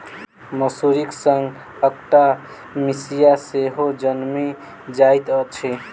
मसुरीक संग अकटा मिसिया सेहो जनमि जाइत अछि